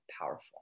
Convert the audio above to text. powerful